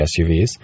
SUVs